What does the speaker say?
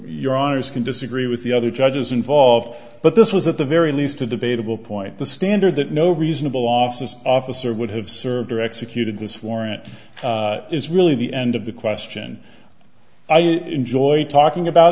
your honour's can disagree with the other judges involved but this was at the very least a debatable point the standard that no reasonable office officer would have served or executed this warrant is really the end of the question i enjoy talking about